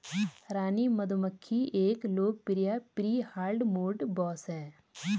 रानी मधुमक्खी एक लोकप्रिय प्री हार्डमोड बॉस है